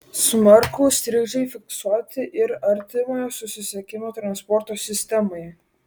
smarkūs trikdžiai fiksuoti ir artimojo susisiekimo transporto sistemoje